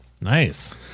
Nice